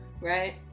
Right